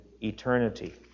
eternity